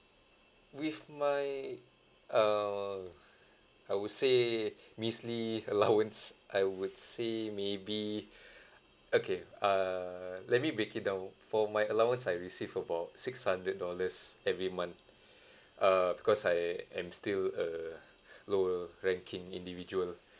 with my err I would say measly allowance I would say maybe okay err let me break it down for my allowance I receive about six hundred dollars every month uh because I am still a low ranking individual